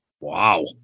Wow